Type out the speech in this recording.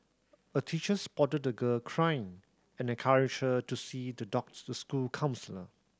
a teacher spotted the girl crying and encouraged her to see the school counsellor